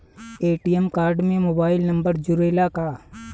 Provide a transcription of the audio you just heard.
ATM card में mobile number जुरेला का?